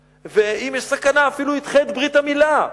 ואם יש סכנה, אפילו ידחה את ברית המילה,